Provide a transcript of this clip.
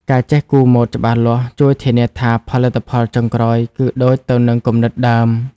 ការចេះគូរម៉ូដច្បាស់លាស់ជួយធានាថាផលិតផលចុងក្រោយគឺដូចទៅនឹងគំនិតដើម។